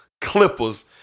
Clippers